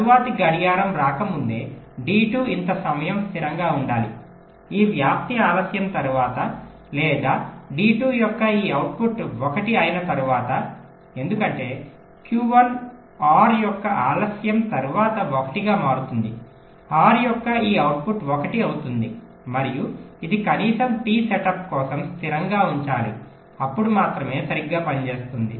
తరువాతి గడియారం రాకముందే D2 ఇంత సమయం స్థిరంగా ఉండాలి ఈ వ్యాప్తి ఆలస్యం తర్వాత లేదా D2 యొక్క ఈ అవుట్పుట్ 1 అయిన తరువాత ఎందుకంటే Q1 OR యొక్క ఆలస్యం తరువాత 1 గా మారుతుంది OR యొక్క ఈ అవుట్పుట్ 1 అవుతుంది మరియు ఇది కనీసం t సెటప్ కోసం స్థిరంగా ఉంచాలిఅప్పుడు మాత్రమే సరిగ్గా పనిచేస్తుంది